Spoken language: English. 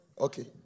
Okay